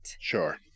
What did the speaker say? Sure